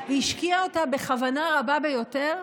השקיע אותה בכוונה רבה ביותר,